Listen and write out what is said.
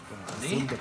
אני?